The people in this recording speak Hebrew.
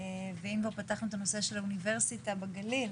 ואם כבר פתחנו את הנושא של האוניברסיטה בגליל,